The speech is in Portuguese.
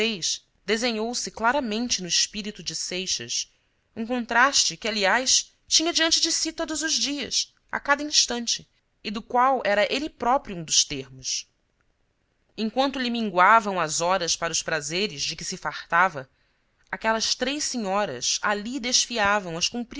vez desenhou-se claramente no espírito de seixas um contraste que aliás tinha diante de si todos os dias a cada instante e do qual era ele próprio um dos termos enquanto lhe minguavam as horas para os prazeres de que se fartava aquelas três senhoras ali desfiavam